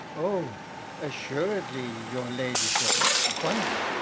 oh assuredly, your ladyship quite!